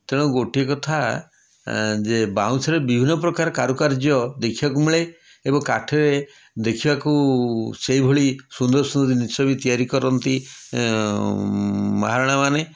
ତେଣୁ ଗୋଟେ କଥା ଯେ ବାଉଁଶରେ ବିଭିନ୍ନ ପ୍ରକାର କାରୁକାର୍ଯ୍ୟ ଦେଖିବାକୁ ମିଳେ ଏବଂ କାଠରେ ଦେଖିବାକୁ ସେଇଭଳି ସୁନ୍ଦର ସୁନ୍ଦର ଜିନିଷ ବି ତିଆରି କରନ୍ତି ମହାରଣା ମାନେ